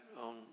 on